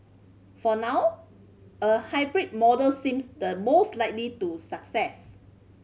for now a hybrid model seems the most likely to succeed